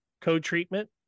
co-treatment